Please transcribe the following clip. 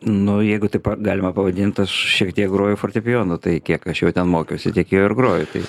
nu jeigu taip galima pavadinti aš šiek tiek groju fortepijonu tai kiek aš juo ten mokiausi reikėjo ir groji tai